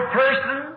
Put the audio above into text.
person